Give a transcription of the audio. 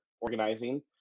organizing